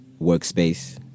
Workspace